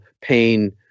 pain